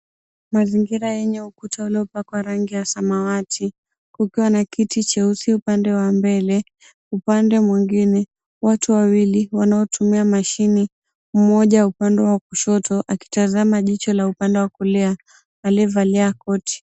Mazingira yenye ukuta uliopakwa rangi ya samawati, kukiwa na kiti cheusi upande wa mbele. Upande mwingine watu wawili wanaotumia mashine, mmoja wa upande wa kushoto akitazama jicho la upande wa kulia aliyevalia koti.